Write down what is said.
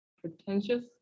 pretentious